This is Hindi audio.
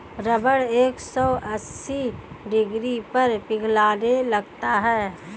रबर एक सौ अस्सी डिग्री पर पिघलने लगता है